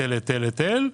עוד היטל ועוד היטל.